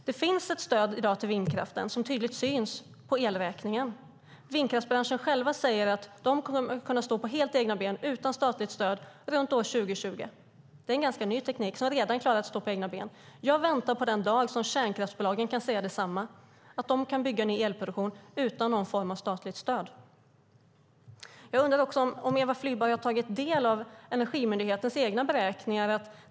Det finns i dag ett stöd till vindkraften som tydligt syns på elräkningen. Vindkraftsbranschen själv säger att den kommer att kunna stå på helt egna ben utan statligt stöd runt år 2020. Det är en ganska ny teknik som redan klarar att stå på egna ben. Jag väntar på den dag då kärnkraftsbolagen kan säga detsamma, att de kan bygga ny elproduktion utan någon form av statligt stöd. Jag undrar också om Eva Flyborg har tagit del av Energimyndighetens egna beräkningar.